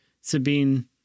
Sabine